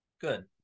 good